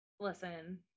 listen